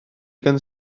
gan